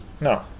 No